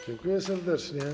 Dziękuję serdecznie.